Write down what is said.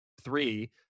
three